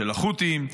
של החות'ים,